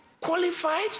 qualified